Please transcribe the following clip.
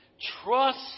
Trust